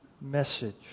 message